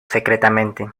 secretamente